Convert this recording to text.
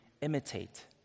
imitate